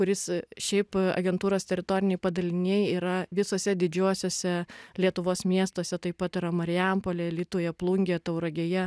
kuris šiaip agentūros teritoriniai padaliniai yra visuose didžiuosiuose lietuvos miestuose taip pat yra marijampolėj alytuje plungėje tauragėje